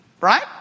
Right